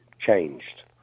changed